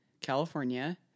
California